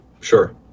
sure